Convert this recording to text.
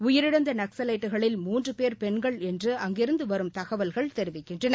உயிரிழந்த நக்சலைட்டுகளில் மூன்று பேர் பெண்கள் என்று அங்கிருந்து வரும் தகவல்கள் தெரிவிக்கின்றன